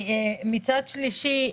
מצד שלישי,